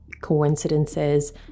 coincidences